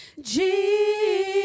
Jesus